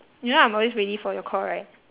you know I'm always ready for your call right